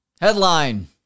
Headline